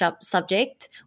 subject